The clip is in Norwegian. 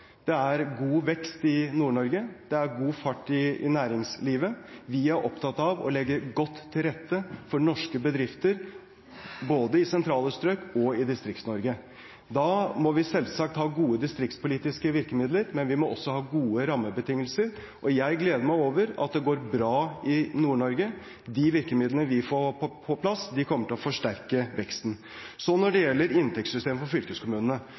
det går bra; det er god vekst i Nord-Norge, det er god fart i næringslivet. Vi er opptatt av å legge godt til rette for norske bedrifter, både i sentrale strøk og i Distrikts-Norge. Da må vi selvsagt ha gode distriktspolitiske virkemidler, men vi må også ha gode rammebetingelser, og jeg gleder meg over at det går bra i Nord-Norge. De virkemidlene vi får på plass, kommer til å forsterke veksten. Når det gjelder inntektssystemet for fylkeskommunene,